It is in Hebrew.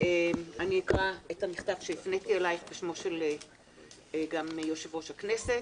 אני מתכבדת לפתוח את ישיבת הוועדה המסדרת.